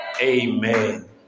Amen